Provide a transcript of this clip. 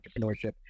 entrepreneurship